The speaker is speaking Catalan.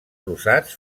rosats